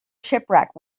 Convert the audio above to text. shipwreck